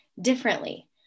differently